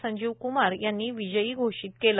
संजीव कुमार यांनी विजयी घोषित केले